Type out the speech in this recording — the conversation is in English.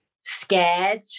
scared